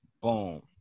Boom